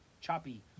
choppy